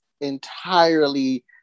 entirely